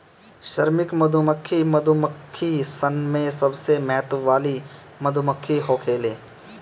श्रमिक मधुमक्खी मधुमक्खी सन में सबसे महत्व वाली मधुमक्खी होखेले